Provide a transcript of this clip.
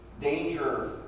danger